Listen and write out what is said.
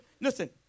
listen